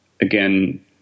again